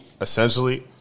essentially